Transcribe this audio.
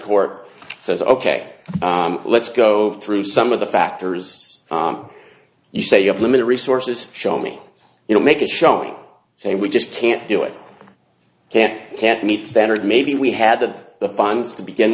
court says ok let's go through some of the factors you say you have limited resources show me you know make a showing say we just can't do it can't can't meet standard maybe we had the funds to begin